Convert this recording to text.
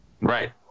Right